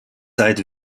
seit